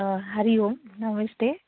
अ हरि ओम् नमस्ते